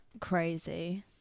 crazy